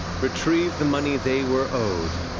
retrieve the money they were owed,